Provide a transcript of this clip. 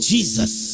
Jesus